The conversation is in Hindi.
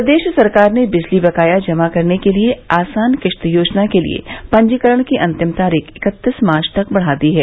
प्रदेश सरकार ने बिजली बकाया जमा करने के लिए आसान किस्त योजना के लिये पंजीकरण की अंतिम तारीख इकत्तीस मार्च तक बढ़ा दी है